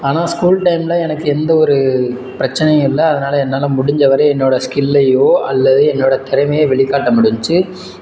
ஆனால் ஸ்கூல் டைமில் எனக்கு எந்த ஒரு பிரச்சினையும் இல்லை அதனால் என்னால் முடிஞ்ச வரை என்னோடய ஸ்கில்லையோ அல்லது என்னோடய திறமையை வெளிக்காட்ட முடிஞ்சுச்சி